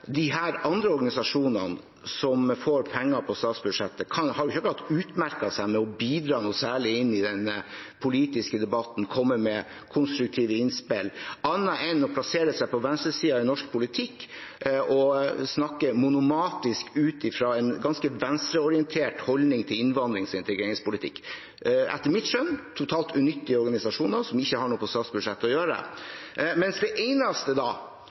de andre organisasjonene som får penger på statsbudsjettet, ikke akkurat har utmerket seg med å bidra noe særlig inn i den politiske debatten, kommet med konstruktive innspill, annet enn å plassere seg på venstresiden i norsk politikk og snakke monomanisk ut fra en ganske venstreorientert holdning til innvandrings- og integreringspolitikk, etter mitt skjønn totalt unyttige organisasjoner som ikke har noe på statsbudsjettet å gjøre. Men den eneste